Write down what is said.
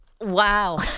Wow